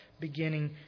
beginning